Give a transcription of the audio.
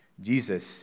Jesus